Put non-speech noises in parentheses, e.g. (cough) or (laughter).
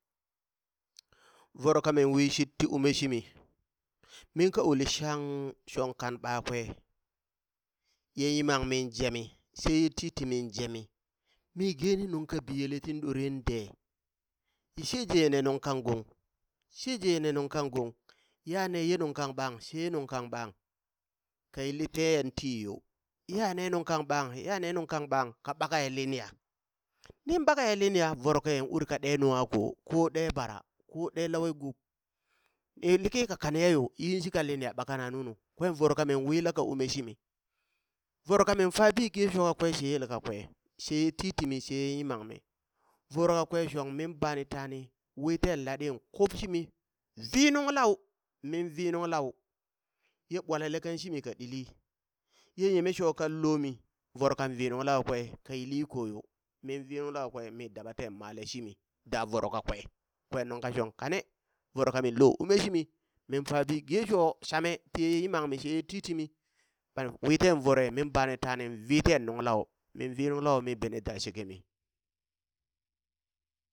Voro kamin wishit ti ume shimi, min ka uli shaang shong kan ɓakwe, ye yimammin jemi sheye titimin jemi mi geni nung ka biyele tin doren dee, sheje yane nung kang gong, sheje yane nung kang gong yane ye nung kang ɓaŋ she nung kang ɓaŋ, ka yilli tee yan tii yo, ya ne nung kang ɓaŋ, ya ne nung kang ɓaŋ ka ɓakaya linya, nin ɓakaya linya voro kayan uri ka ɗe nungwa ko, ko ɗe bara ko ɗe lawe guub, e liki ka kane yayo, yin shika linya ɓakana nunu, kwen voro ka min wi laka ume shimi, voro kamin fabi geye shoo kakwe she yel kakwe, sheye titimi, she ye yimamammi, voro kakwe shong min bani tani, wi teen laɗi kup (noise) shimi vii nung lau, min vii nung lau, ye ɓwalale kan shimi ka ɗili, ye yeme shoo kan lomi voro kan vii nung lau kwe ka yili koyo, min vii nung lau kwe mi daba teen male shimi da voro kakwe, kwen nung ka shong kane voro kaminlo ume shimi min fabi geshoo shame tiye yimammi sheye titimi, ɓan wi teen voroe min bani taani viiteen nung lau, min vii nung lau mi bene da shekemi.